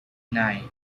nine